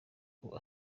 uko